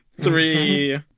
three